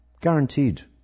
guaranteed